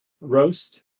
roast